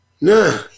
No